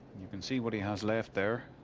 you can see what he has left there.